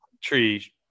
tree